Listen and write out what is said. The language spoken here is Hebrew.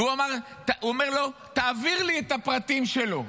הוא אומר לו: תעביר לי את הפרטים שלו.